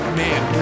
man